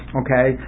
okay